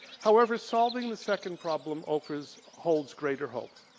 however solving the second problem offers, holds greater hope.